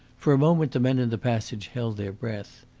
for a moment the men in the passage held their breath.